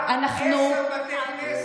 עשרה בתי כנסת,